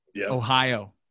Ohio